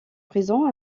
prison